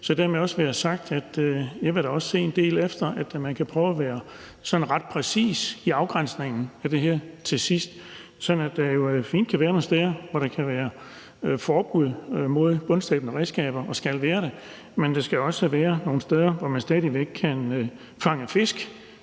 da også vil se en del efter, at man kan prøve at være ret præcis i afgrænsningen af det her til sidst, sådan at der jo fint kan være nogle steder, hvor der kan være forbud mod bundslæbende redskaber, og skal være det, men der skal også være nogle steder, hvor man stadig væk kan fange fisk.